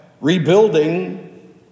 rebuilding